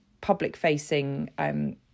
public-facing